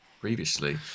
previously